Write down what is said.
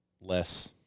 less